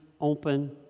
open